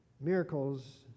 miracles